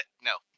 No